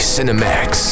Cinemax